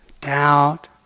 doubt